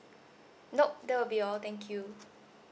nope that will be all thank you